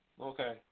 Okay